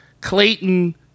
Clayton